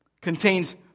contains